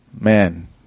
man